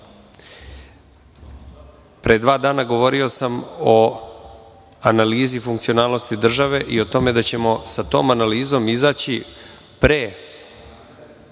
dva dana govorio sam o analizi funkcionalnosti države i o tome da ćemo sa tom analizom izaći pre